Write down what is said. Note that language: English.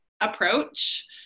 approach